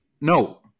no